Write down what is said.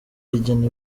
rigena